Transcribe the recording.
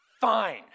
Fine